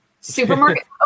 supermarket